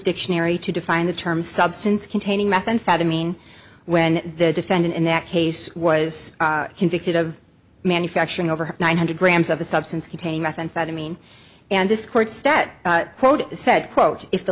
dictionary to define the term substance containing methamphetamine when the defendant in that case was convicted of manufacturing over nine hundred grams of a substance containing methamphetamine and this court's that quote said quote if the